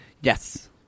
Yes